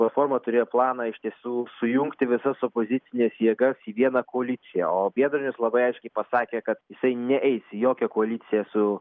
platforma turėjo planą iš tiesų sujungti visas opozicines jėgas į vieną koaliciją o biedronis labai aiškiai pasakė kad jisai neeis į jokią koaliciją su